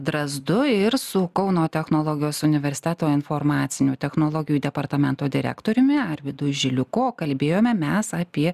drazdu ir su kauno technologijos universiteto informacinių technologijų departamento direktoriumi arvydu žiliuku o kalbėjome mes apie